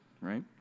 right